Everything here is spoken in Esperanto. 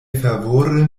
fervore